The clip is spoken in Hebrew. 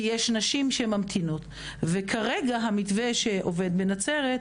יש נשים שממתינות כרגע המתווה שעובד בנצרת,